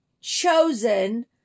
chosen